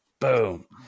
Boom